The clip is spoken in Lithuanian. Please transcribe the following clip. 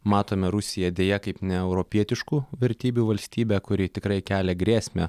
matome rusiją deja kaip neeuropietiškų vertybių valstybę kuri tikrai kelia grėsmę